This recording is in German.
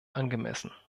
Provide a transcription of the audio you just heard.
angemessen